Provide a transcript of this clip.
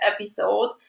episode